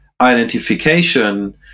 identification